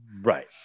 Right